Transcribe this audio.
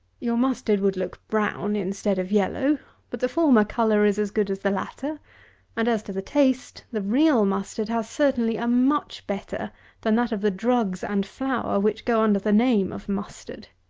your mustard would look brown instead of yellow but the former colour is as good as the latter and, as to the taste, the real mustard has certainly a much better than that of the drugs and flour which go under the name of mustard.